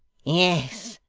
yes,